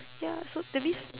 ya so that means